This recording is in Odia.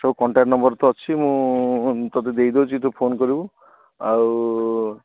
ସବୁ କଣ୍ଟାକ୍ଟ୍ ନମ୍ବର୍ ତ ଅଛି ମୁଁ ତୋତେ ଦେଇଦେଉଛି ତୁ ଫୋନ୍ କରିବୁ ଆଉ